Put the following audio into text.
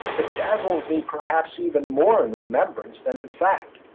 it dazzles me perhaps even more in remembrance than in fact,